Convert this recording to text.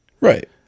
right